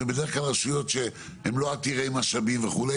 שבדרך כלל רשויות שהן לא עתירי משאבים וכו'.